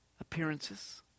appearances